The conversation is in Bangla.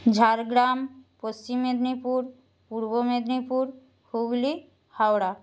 ঝাড়গ্রাম পশ্চিম মেদিনীপুর পূর্ব মেদিনীপুর হুগলি হাওড়া